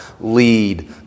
lead